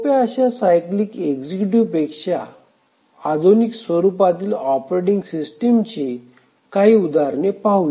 सोप्या अशा cyclic executive पेक्षा आधुनिक स्वरूपातील ऑपरेटिंग सिस्टिमची काही उदाहरणे पाहू